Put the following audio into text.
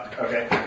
okay